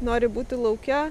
nori būti lauke